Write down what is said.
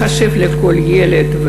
מחשב לכל ילד,